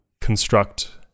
construct